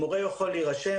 מורה יכול להירשם,